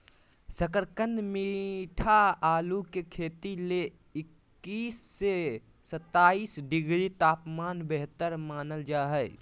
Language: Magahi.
शकरकंद मीठा आलू के खेती ले इक्कीस से सत्ताईस डिग्री तापमान बेहतर मानल जा हय